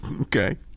Okay